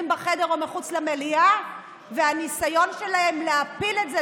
בחדר או מחוץ למליאה בניסיון שלהם להפיל את זה,